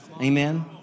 Amen